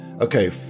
okay